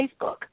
Facebook